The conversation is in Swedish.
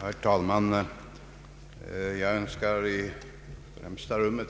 Herr talman! Jag önskar i första hand